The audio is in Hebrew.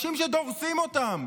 לטובת הנושאים של המשרד לביטחון לאומי,